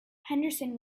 henderson